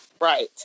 Right